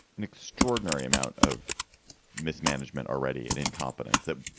an extraordinary amount of mismanagement already and incompetence that,